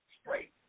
straight